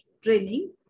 training